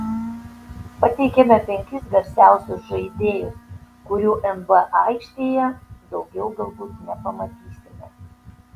pateikiame penkis garsiausius žaidėjus kurių nba aikštėje daugiau galbūt nepamatysime